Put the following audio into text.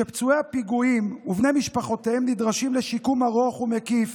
שפצועי הפיגועים ובני משפחותיהם נדרשים לשיקום ארוך ומקיף